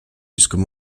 jusqu’au